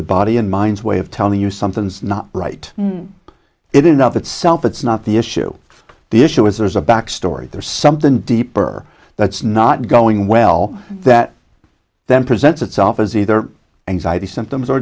the body and minds way of telling you something's not right it enough itself it's not the issue the issue is there's a back story there's something deeper that's not going well that then presents itself as either anxiety symptoms or